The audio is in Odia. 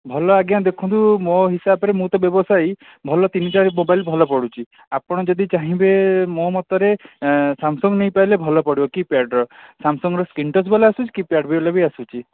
ଭଲ ଆଜ୍ଞା ଦେଖନ୍ତୁ ମୋ ହିସାବରେ ମୁଁ ତ ବ୍ୟବସାୟୀ ଭଲ ତିନି ଚାରି ମୋବାଇଲ୍ ଭଲ ପଡ଼ୁଛି ଆପଣ ଯଦି ଚାହିଁବେ ମୋ ମତରେ ସାମସଙ୍ଗ୍ ନେଇପାରିଲେ ଭଲ ପଡ଼ିବ କୀ ପ୍ୟାଡ଼୍ର ସାମସଙ୍ଗ୍ର ସ୍କ୍ରିନ୍ ଟଚ୍ ବାଲା ଆସୁଛି କୀ ପ୍ୟାଡ଼୍ ବାଲାବି ଆସୁଛି